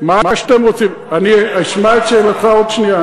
מה שאתם רוצים, אני אשמע את שאלתך עוד שנייה.